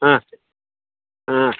ಹಾಂ ಹಾಂ